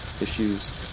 issues